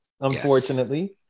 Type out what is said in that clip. unfortunately